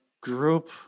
group